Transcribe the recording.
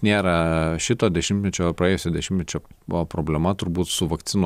nėra šito dešimtmečio praėjusio dešimtmečio buvo problema turbūt su vakcinų